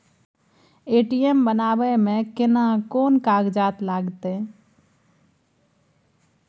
ATM बनाबै मे केना कोन कागजात लागतै?